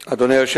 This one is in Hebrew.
2. מה ייעשה